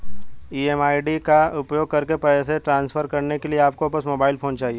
MMID का उपयोग करके पैसे ट्रांसफर करने के लिए आपको बस मोबाइल फोन चाहिए